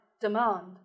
demand